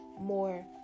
more